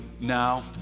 now